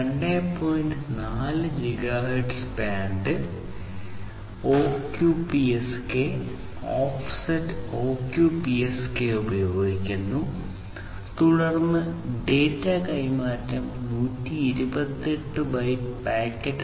4 gigahertz